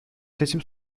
seçim